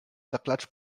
teclats